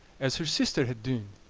as her sister had dune.